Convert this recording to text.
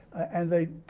and they,